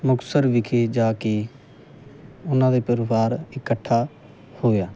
ਮੁਕਤਸਰ ਵਿਖੇ ਜਾ ਕੇ ਉਹਨਾਂ ਦਾ ਪਰਿਵਾਰ ਇਕੱਠਾ ਹੋਇਆ